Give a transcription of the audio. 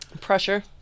Pressure